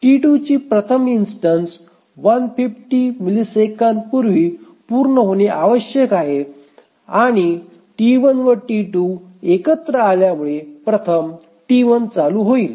T2ची प्रथम इन्स्टन्स 150 मिलिसेकंदांपूर्वी पूर्ण होणे आवश्यक आहे आणि T1 व T2 एकत्र आल्यामुळे प्रथम T1 चालू होईल